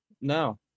No